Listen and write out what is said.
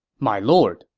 my lord,